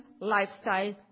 lifestyle